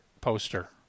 poster